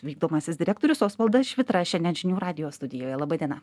vykdomasis direktorius osvaldas švitra šiandien žinių radijo studijoje laba diena